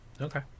Okay